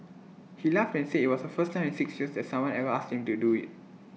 he laughed and said IT was the first time in six years that someone ever asked him to do IT